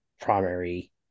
primary